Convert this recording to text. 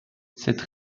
cette